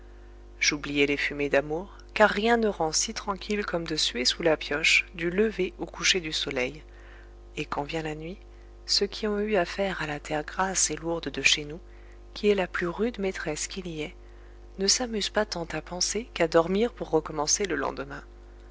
j'oubliai les fumées d'amour car rien ne rend si tranquille comme de suer sous la pioche du lever au coucher du soleil et quand vient la nuit ceux qui ont eu affaire à la terre grasse et lourde de chez nous qui est la plus rude maîtresse qu'il y ait ne s'amusent pas tant à penser qu'à dormir pour recommencer le lendemain